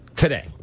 Today